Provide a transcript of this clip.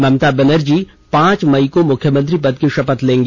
ममता बनर्जी पांच मई को मुख्यमंत्री पद की शपथ लेंगी